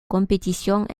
compétitions